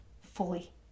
fully